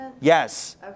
yes